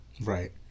Right